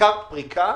בעיקר פריקה